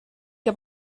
que